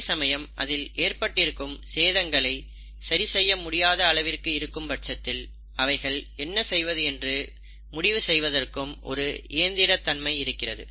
அதேசமயம் அதில் ஏற்பட்டிருக்கும் சேதங்கள் சரிசெய்ய முடியாத அளவிற்கு இருக்கும் பட்சத்தில் அவைகளை என்ன செய்வது என்று முடிவு செய்வதற்கும் ஒரு இயந்திரத் தன்மை இருக்கிறது